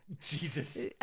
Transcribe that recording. Jesus